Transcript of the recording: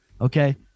Okay